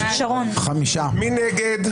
מי נגד?